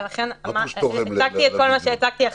ולכן הצגתי את כל מה שהצגתי עכשיו.